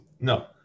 No